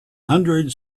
hundred